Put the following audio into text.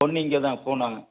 பொண்ணு இங்கே தான் பூனாங்க